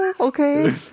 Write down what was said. Okay